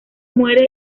muere